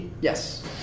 Yes